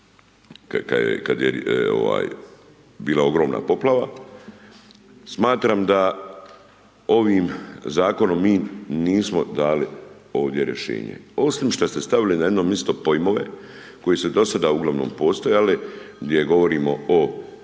kad je bila ogromna poplava. Smatram da ovim Zakonom mi nismo dali ovdje rješenje, osim što ste stavili na jedno misto pojmove koji su dosada uglavnom postojali, gdje govorimo o